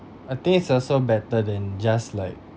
a taste also better than just like